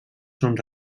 són